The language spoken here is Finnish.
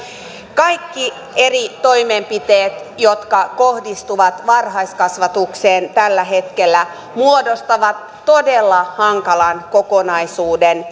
kaikki eri toimenpiteet jotka kohdistuvat varhaiskasvatukseen tällä hetkellä muodostavat todella hankalan kokonaisuuden